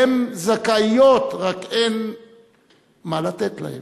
הן זכאיות, רק אין מה לתת להן.